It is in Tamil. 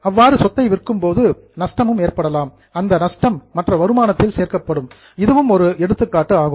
அவ்வாறு சொத்தை விற்கும் போது நஷ்டமும் ஏற்படலாம் அந்த நஷ்டம் மற்ற வருமானத்தில் சேர்க்கப்படும் இதுவும் ஒரு எடுத்துக்காட்டு ஆகும்